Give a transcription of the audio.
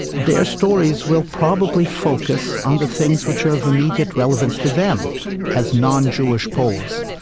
their stories will probably focus on the things which are of immediate relevance to them as non-jewish poles.